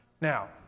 Now